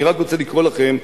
אני רק רוצה לקרוא לכם,